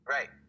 Right